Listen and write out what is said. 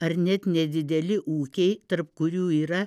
ar net nedideli ūkiai tarp kurių yra